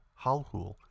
Halhul